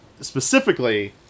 specifically